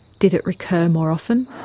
did it recur more often?